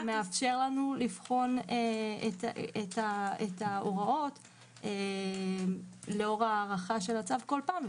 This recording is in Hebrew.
זה מאפשר לנו לבחון את ההוראות לאור ההארכה של הצו כל פעם,